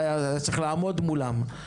היה צריך לעמוד מולם,